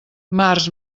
març